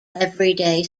everyday